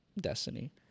destiny